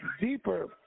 deeper